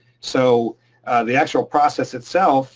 so the actual process itself